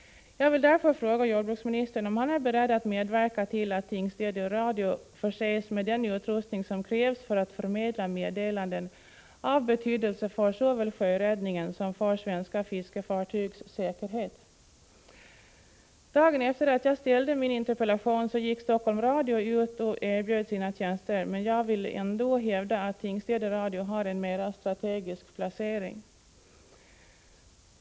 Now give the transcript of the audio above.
Jag vill därför fråga jordbruksministern om han är beredd att medverka till att Tingstäde Radio förses med den utrustning som krävs för att förmedla meddelanden av betydelse för såväl sjöräddningen som svenska fiskefartygs säkerhet. Dagen efter det att jag ställde min interpellation gick Helsingfors Radio ut och erbjöd sina tjänster, men jag vill ändå hävda att Tingstäde Radio har en mer strategisk placering.